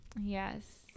Yes